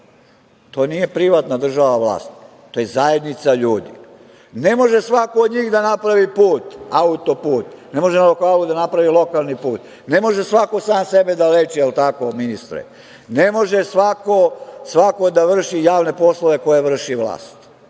To nije privatna državna vlast, to je zajednica ljudi. Ne može svako od njih da napravi put, auto-put, ne može na lokalu da napravi lokalni put, ne može svako sam sebe da leči, je li tako, ministre, ne može svako da vrši javne poslove koje vrši vlast,